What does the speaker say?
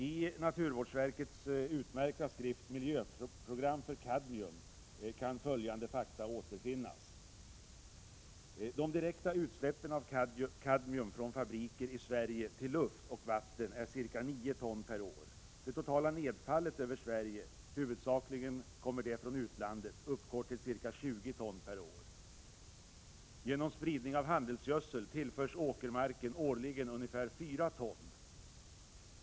I naturvårdsverkets utmärkta skrift ”Miljöprogram för kadmium” kan följande fakta återfinnas: De direkta utsläppen av kadmium från fabriker i Sverige till luft och vatten är ca 9 ton per år. Det totala nedfallet över Sverige — huvudsakligen från utlandet — uppgår till ca 20 ton per år. Genom spridning av handelsgödsel tillförs åkermarken årligen ungefär 4 ton.